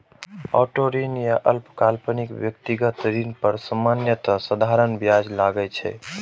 auto ऋण या अल्पकालिक व्यक्तिगत ऋण पर सामान्यतः साधारण ब्याज लागै छै